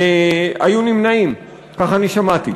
היו נמנעים, כך אני שמעתי.